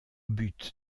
but